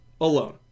alone